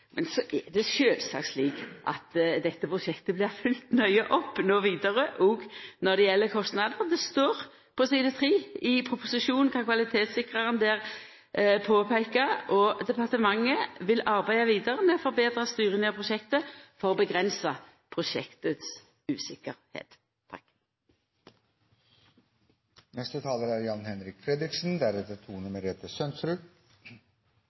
Men så er det sjølvsagt slik at dette prosjektet blir følgt nøye opp vidare òg når det gjeld kostnader. Det står på side 3 i proposisjonen kva kvalitetssikraren der peikar på, og departementet vil arbeida vidare med å forbetra styringa av prosjektet for å avgrensa prosjektets usikkerheit. Det er